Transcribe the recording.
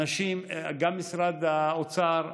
אנשים, גם משרד האוצר,